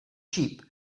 sheep